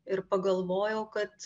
ir pagalvojau kad